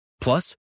plus